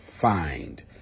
find